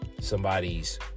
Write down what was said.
somebody's